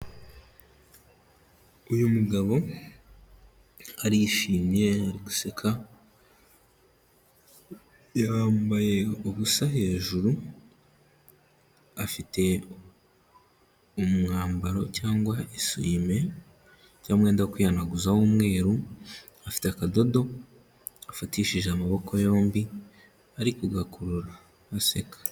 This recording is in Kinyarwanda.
Uyu mugabo arishimye ari guseka, yambaye ubusa hejuru, afite umwambaro cyangwa esuwime cyangwa umwenda wo kwihanaguza w'umweru, afite akadodo afatishije amaboko yombi, ari kugakurura aseka.